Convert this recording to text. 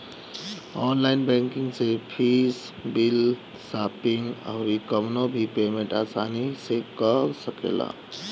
online banking से fees, bill, shopping अउरी कवनो भी पेमेंट आसानी से कअ सकेला